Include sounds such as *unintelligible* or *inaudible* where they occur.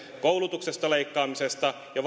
koulutuksesta ja *unintelligible*